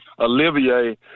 Olivier